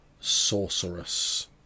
sorceress